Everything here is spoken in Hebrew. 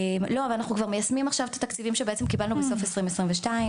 לא כי אנחנו מיישמים עכשיו את התקציבים שקיבלנו בסוף שנת 2022,